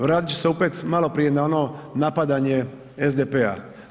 Vratit ću se opet maloprije na ono napadanje SDP-a.